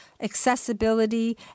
accessibility